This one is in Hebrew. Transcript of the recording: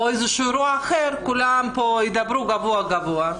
אירוע אחר כולם פה ידברו גבוהה גבוהה.